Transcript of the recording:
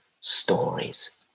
stories